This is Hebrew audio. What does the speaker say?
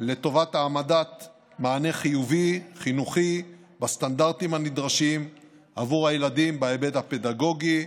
לטובת העמדת מענה חינוכי בסטנדרטים הנדרשים עבור הילדים בהיבט הפדגוגי,